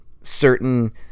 certain